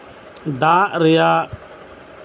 ᱫᱟᱜ ᱨᱮᱭᱟᱜ